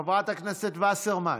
חברת הכנסת וסרמן,